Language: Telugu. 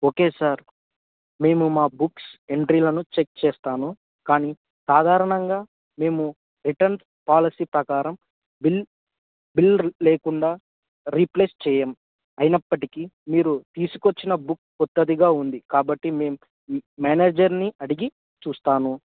ఓకే సార్ మేము మా బుక్స్ ఎంట్రీలను చెక్ చేస్తాను కానీ సాధారణంగా మేము రిటర్న్ పాలసీ ప్రకారం బిల్ బిల్ లేకుండా రీప్లేస్ చేయము అయినప్పటికీ మీరు తీసుకొచ్చిన బుక్ కొత్తదిగా ఉంది కాబట్టి మేము మేనేజర్ని అడిగి చూస్తాను